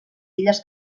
illes